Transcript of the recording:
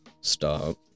stop